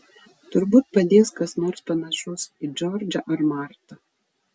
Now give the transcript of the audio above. turbūt padės kas nors panašus į džordžą ar martą